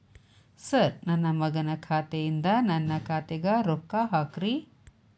sir ನನ್ನ ಮಗನ ಖಾತೆ ಯಿಂದ ನನ್ನ ಖಾತೆಗ ರೊಕ್ಕಾ ಹಾಕ್ರಿ